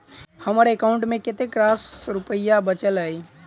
हम्मर एकाउंट मे कतेक रास रुपया बाचल अई?